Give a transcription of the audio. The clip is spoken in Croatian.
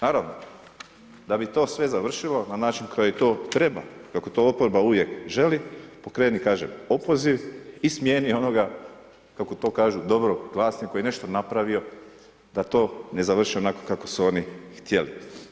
Naravno da bi to sve završilo na način koji treba, kako to oporba uvijek želi, pokrenu kaže opoziv i smijeni onoga kako to kažu dobar vlasnik koji je nešto napravio da to ne završi onako kako su oni htjeli.